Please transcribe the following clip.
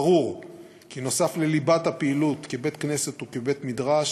ברור כי נוסף על ליבת הפעילות כבית-כנסת וכבית-מדרש